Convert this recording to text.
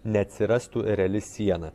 neatsirastų reali siena